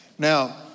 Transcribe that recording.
Now